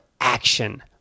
action